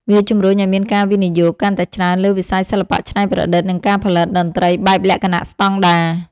វាជម្រុញឱ្យមានការវិនិយោគកាន់តែច្រើនលើវិស័យសិល្បៈច្នៃប្រឌិត និងការផលិតតន្ត្រីបែបលក្ខណៈស្តង់ដារ។